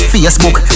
Facebook